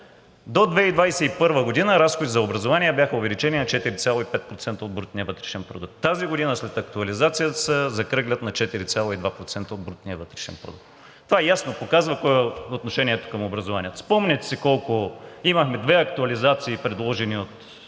До 2021 г. разходите за образование бяха увеличени на 4,5% от брутния вътрешен продукт. Тази година, след актуализацията, се закръглят на 4,2% от брутния вътрешен продукт. Това ясно показва какво е отношението към образованието. Спомняте си колко – имахме две актуализации в последната